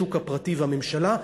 השוק הפרטי והממשלה,